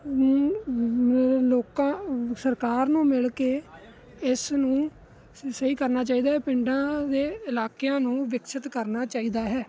ਲੋਕਾਂ ਸਰਕਾਰ ਨੂੰ ਮਿਲ ਕੇ ਇਸ ਨੂੰ ਸ ਸਹੀ ਕਰਨਾ ਚਾਹੀਦਾ ਪਿੰਡਾਂ ਦੇ ਇਲਾਕਿਆਂ ਨੂੰ ਵਿਕਸਿਤ ਕਰਨਾ ਚਾਹੀਦਾ ਹੈ